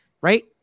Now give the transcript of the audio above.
right